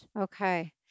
Okay